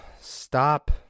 Stop